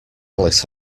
alice